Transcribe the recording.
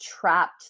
trapped